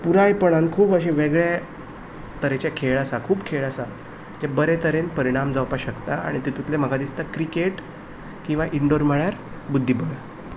पुरायपणान खूब अशे वेगळे तरेचे खेळ आसा खूब खेळ आसा जे बरे तरेन परिणाम जावपाक शकता आनी तितुंतले म्हाका दिसता क्रिकेट किंवां इन्डोर म्हणल्यार बुध्दीबळ